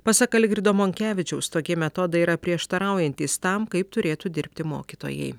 pasak algirdo monkevičiaus tokie metodai yra prieštaraujantys tam kaip turėtų dirbti mokytojai